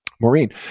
Maureen